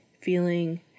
feeling